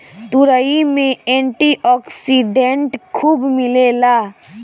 तुरई में antioxidant खूब मिलेला